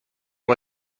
are